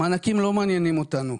המענקים לא מעניינים אותנו,